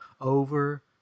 over